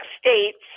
states